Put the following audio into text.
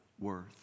worth